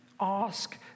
Ask